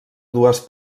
dues